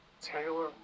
Taylor